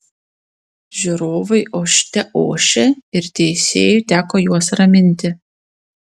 žiūrovai ošte ošė ir teisėjui teko juos raminti